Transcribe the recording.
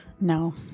No